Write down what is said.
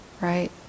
right